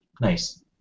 Nice